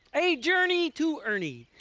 a journey to ernie.